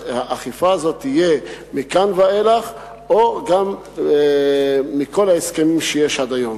האכיפה הזו תהיה מכאן ואילך או גם בכל ההסכמים שיש עד היום.